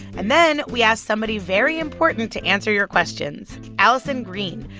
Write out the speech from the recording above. and then, we asked somebody very important to answer your questions, alison green,